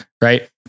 right